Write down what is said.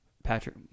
Patrick